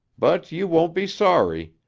but you won't be sorry.